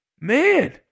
Man